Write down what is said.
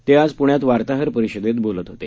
ते आज पुण्यात वार्ताहर परिषदेत बोलत होते